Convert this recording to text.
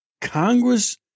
Congress